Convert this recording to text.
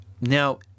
Now